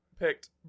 picked